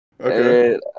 Okay